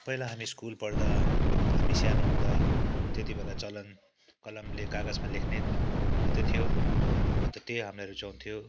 पहिला हामी स्कुल पढ्दा हामी सानो हुँदा त्यतिबेला चलन कलमले कागजमा लेख्ने मात्रै थियो अन्त त्यही हामी रुचाउँथ्यौँ